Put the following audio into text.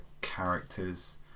character's